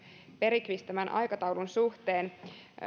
bergqvist tämän aikataulun suhteen niin